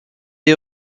est